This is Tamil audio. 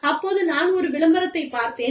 அப்போது நான் ஒரு விளம்பரத்தைப் பார்த்தேன்